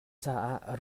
caah